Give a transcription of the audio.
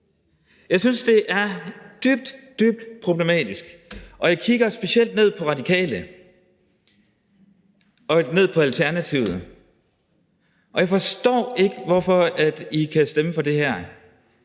Jeg synes, det er dybt, dybt problematisk. Og jeg kigger specielt ned på Radikale og ned på Alternativet. Jeg forstår ikke, hvorfor I kan stemme for det her.